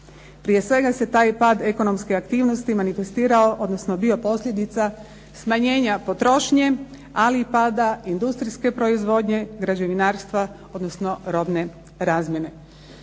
Prije svega se taj pad ekonomske aktivnosti manifestirao odnosno bio posljedica smanjenja potrošnje ali i pada industrijske proizvodnje, građevinarstva odnosno robne razmjene.